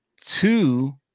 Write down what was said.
two